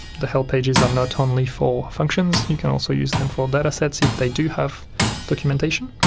the help pages are not only for functions, you can also use them for data sets if they do have documentation.